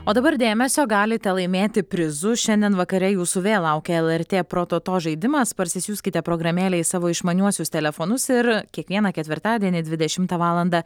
o dabar dėmesio galite laimėti prizus šiandien vakare jūsų vėl laukia lrt prototo žaidimas parsisiųskite programėlę į savo išmaniuosius telefonus ir kiekvieną ketvirtadienį dvidešimtą valandą